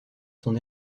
son